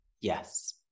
yes